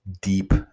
deep